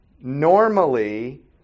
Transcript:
normally